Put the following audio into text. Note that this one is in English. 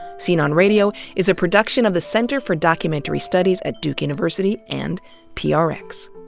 scene on radio is a production of the center for documentary studies at duke university, and prx